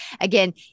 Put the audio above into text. again